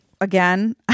again